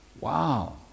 Wow